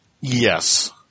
Yes